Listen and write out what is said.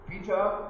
Peter